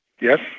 Yes